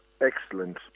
excellent